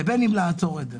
ובין לעצור את זה.